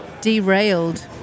derailed